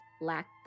lack